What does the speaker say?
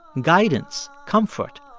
guidance, comfort.